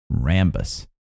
Rambus